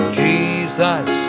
jesus